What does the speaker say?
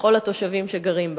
לכל התושבים שגרים בה.